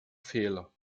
fehler